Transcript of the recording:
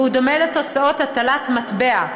והוא דומה לתוצאות הטלת מטבע,